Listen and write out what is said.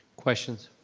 questions?